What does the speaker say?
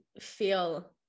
feel